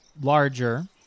larger